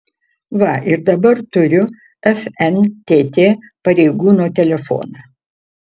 va ir dabar turiu fntt pareigūno telefoną